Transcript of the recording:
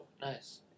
Nice